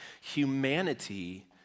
humanity